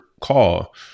call